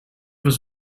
was